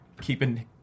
keeping